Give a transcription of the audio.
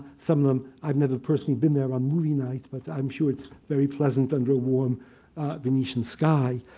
some of them i've never personally been there on movie night, but i'm sure it's very pleasant under a warm venetian sky.